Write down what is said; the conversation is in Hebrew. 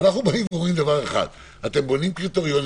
אנחנו באים ואומרים דבר אחד: אתם בונים קריטריונים,